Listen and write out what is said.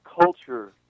culture